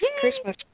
Christmas